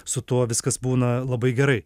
su tuo viskas būna labai gerai